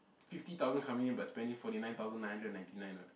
fifty thousand coming in but spending forty nine thousand nine hundred and ninety nine what